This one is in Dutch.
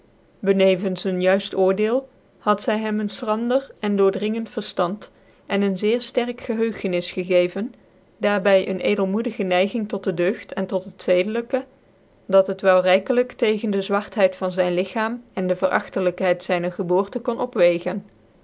benevens een juifl oordeel had zy hem een fchrandcr en doordringend verftand en een zeer fterke gehcugenis gegeven daar by ccn edelmoedige neiging tot de deugd en tot het zcdclykc dat het wel rykclyk tegen de zwartheid van zyn lichaam en de yerachtelykhcid zyncr geboorte kon opa